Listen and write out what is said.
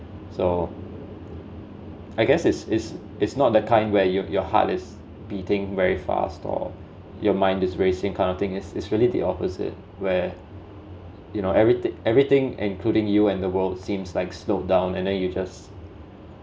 so I guess it's it's it's not the kind where your your heart is beating very fast or your mind is racing kind of thing is is really the opposite where you know everyt~ everything including you and the world seems like slowed down and then you just